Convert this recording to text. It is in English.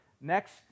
next